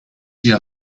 your